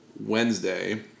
Wednesday